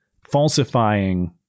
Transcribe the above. falsifying